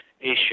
issue